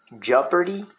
Jeopardy